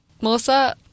Melissa